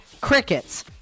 crickets